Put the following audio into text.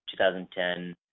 2010